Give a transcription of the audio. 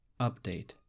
Update